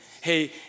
Hey